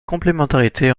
complémentarité